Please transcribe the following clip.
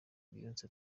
beyonce